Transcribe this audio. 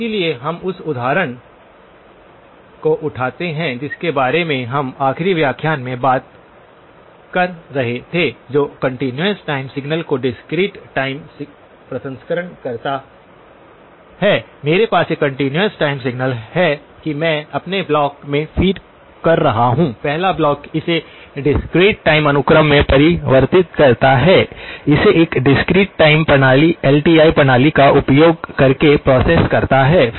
इसलिए हम उस उदाहरण को उठाते हैं जिसके बारे में हम आखिरी व्याख्यान में बात कर रहे थे जो कंटीन्यूअस टाइम सिग्नल्स को डिस्क्रीट टाइम प्रसंस्करण करता है मेरे पास एक कंटीन्यूअस टाइम सिग्नल है कि मैं अपने ब्लॉक में फीड कर रहा हूं पहला ब्लॉक इसे डिस्क्रीट टाइम अनुक्रम में परिवर्तित करता है इसे एक डिस्क्रीट टाइम प्रणाली एल टी आई प्रणाली का उपयोग करके प्रोसेस करता है